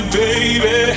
baby